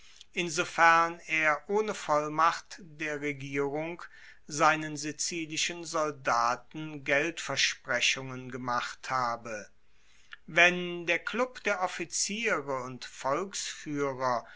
insofern er ohne vollmacht der regierung seinen sizilischen soldaten geldversprechungen gemacht habe wenn der klub der offiziere und